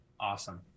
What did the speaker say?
Awesome